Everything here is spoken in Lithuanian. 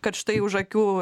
kad štai už akių